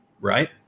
Right